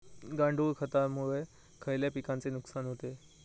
गांडूळ खतामुळे खयल्या पिकांचे नुकसान होते?